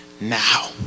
now